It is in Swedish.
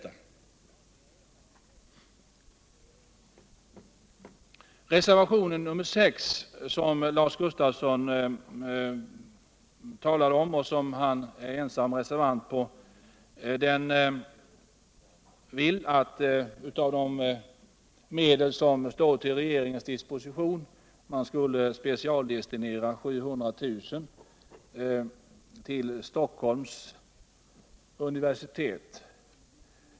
I reservationen 6, som Lars Gustafsson talade för såsom ensam rescervant, föreslås att av de medel som står till regeringens disposition 700 000 kr. skall specialdestineras till Stockholmsregionen.